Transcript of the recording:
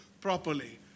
properly